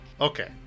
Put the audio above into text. Okay